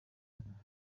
cyane